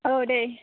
औ दे